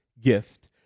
gift